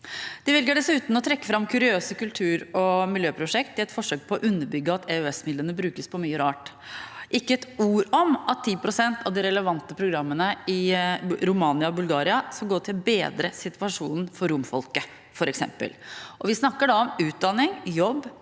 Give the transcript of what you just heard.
De velger dessuten å trekke fram kuriøse kultur- og miljøprosjekter i et forsøk på å underbygge at EØS-midlene brukes til mye rart. Det er f.eks. ikke ett ord om at 10 pst. av de relevante programmene i Romania og Bulgaria skal gå til å bedre situasjonen for romfolket. Vi snakker da om utdanning, jobb,